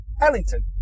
Ellington